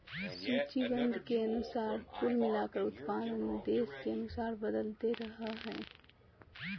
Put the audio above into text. सूचीबद्ध के अनुसार कुल मिलाकर उत्पादन देश के अनुसार बदलते रहइ हइ